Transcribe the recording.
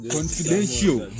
Confidential